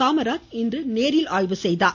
காமராஜ் இன்று நேரில்ஆய்வு செய்தார்